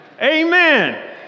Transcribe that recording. Amen